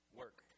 work